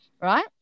Right